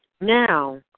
now